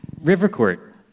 Rivercourt